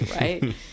right